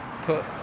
put